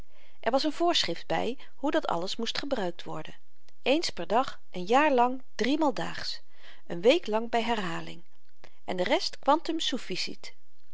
er was n voorschrift by hoe dat alles moest gebruikt worden eens pr dag n jaar lang driemaal daags n week lang by herhaling en de rest quantum